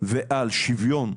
ועל שיוון,